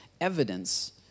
evidence